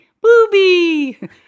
Booby